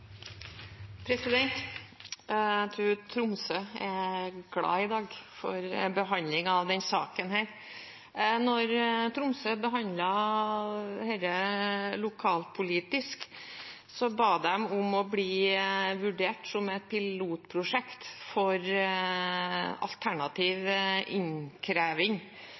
i dag for behandlingen av denne saken. Da Tromsø behandlet dette lokalpolitisk, ba de om å bli vurdert som et pilotprosjekt for alternativ innkreving.